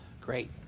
Great